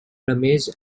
plumage